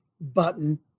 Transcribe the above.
button